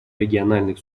региональных